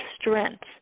strength